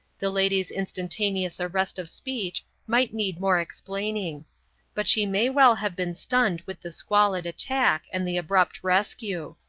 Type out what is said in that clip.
the lady's instantaneous arrest of speech might need more explaining but she may well have been stunned with the squalid attack and the abrupt rescue.